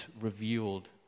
revealed